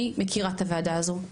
אני מכירה את הוועדה הזו,